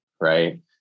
Right